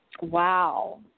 Wow